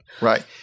Right